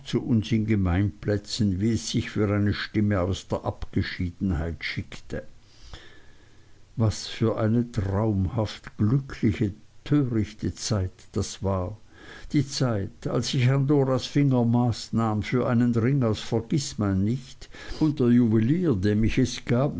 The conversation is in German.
zu uns in gemeinplätzen wie es sich für eine stimme aus der abgeschiedenheit schickte was für eine traumhaft glückliche törichte zeit das war die zeit als ich an doras finger maß nahm für einen ring aus vergißmeinnicht und der juwelier dem ich es gab